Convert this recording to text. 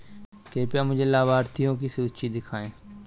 कृपया मुझे लाभार्थियों की सूची दिखाइए